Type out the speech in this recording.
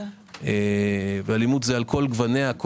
על כל גוניה,